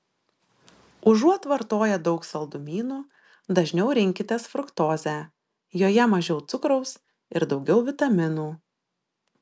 užuot vartoję daug saldumynų dažniau rinkitės fruktozę joje mažiau cukraus ir daugiau vitaminų